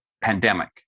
pandemic